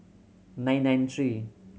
nine nine three